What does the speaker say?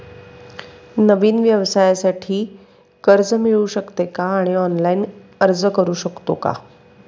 नवीन व्यवसायासाठी कर्ज मिळू शकते का आणि ऑनलाइन अर्ज करू शकतो का?